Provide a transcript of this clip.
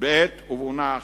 בעת ובעונה אחת.